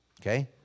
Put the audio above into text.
Okay